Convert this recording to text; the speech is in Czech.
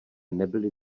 nebyly